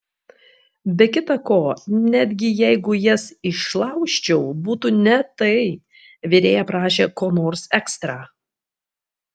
be kita ko netgi jeigu jas išlaužčiau būtų ne tai virėja prašė ko nors ekstra